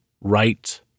right